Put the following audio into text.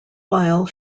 while